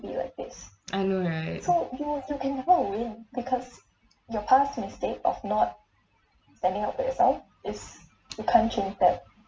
I know right